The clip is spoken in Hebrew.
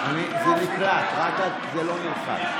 זה נקלט, זה רק לא נלחץ.